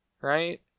right